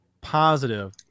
positive